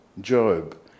Job